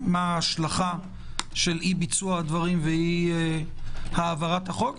מה ההשלכה של אי-ביצוע הדברים ואי-העברת החוק,